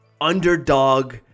underdog